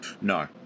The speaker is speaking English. No